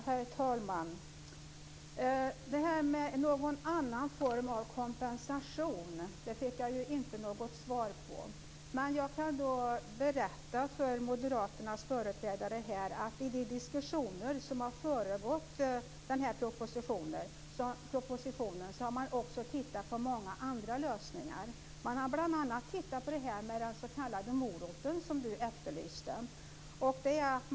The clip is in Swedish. Herr talman! Frågan om någon annan form av kompensation fick jag inte något svar på. Men jag kan berätta för moderaternas företrädare här att man i de diskussioner som har föregått propositionen har tittat på många andra lösningar. Man har bl.a. tittat på den s.k. morot som Marietta de Pourbaix-Lundin efterlyste.